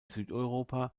südeuropa